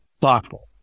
thoughtful